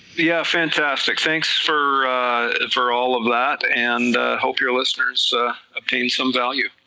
yeah fantastic, thanks for for all of that, and hope your listeners obtained some value.